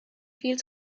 viel